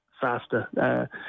faster